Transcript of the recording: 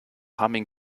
humming